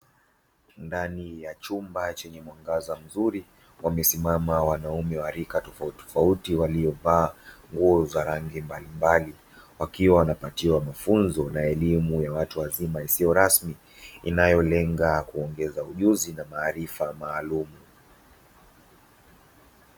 Ndani ya chumba chenye mwangaza mzuri wamesimama wanaume wa rika tofautitofauti waliovaa nguo za rangi mbalimbali. Wakiwa wanapatiwa mafunzo na elimu ya watu wazima isiyo rasmi inayolenga kuongeza ujuzi na maarifa maalumu.